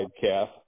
calf